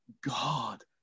God